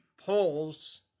polls